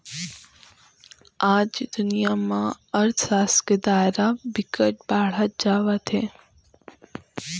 आज दुनिया म अर्थसास्त्र के दायरा ह बिकट बाड़हत जावत हे